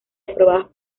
aprobadas